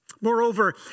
Moreover